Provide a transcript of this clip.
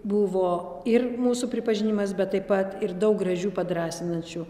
buvo ir mūsų pripažinimas bet taip pat ir daug gražių padrąsinančių